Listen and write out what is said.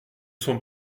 sont